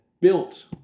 built